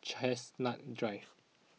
Chestnut Drive